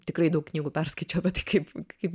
tikrai daug knygų perskaičiau bet kaip kaip